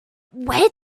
where